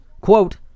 Quote